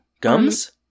Gums